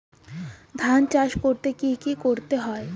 ধান চাষ করতে কি কি করতে হয়?